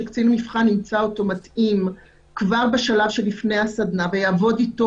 שקצין מבחן ימצא אותו מתאים כבר בשלב שלפני הסדנה ויעבוד איתו